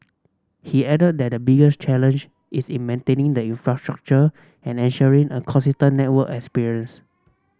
he added that the bigger's challenge is in maintaining the infrastructure and ensuring a consistent network experience